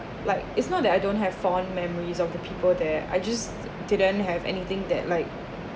like it's not that I don't have fond memories of the people there I just didn't have anything that like